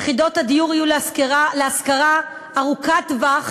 יחידות הדיור יהיו להשכרה ארוכת טווח,